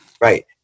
right